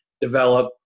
develop